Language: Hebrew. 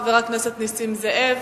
חבר הכנסת נסים זאב.